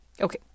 okay